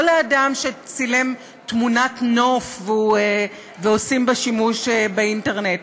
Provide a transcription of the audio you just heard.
לא לאדם שצילם תמונת נוף ועושים בה שימוש באינטרנט.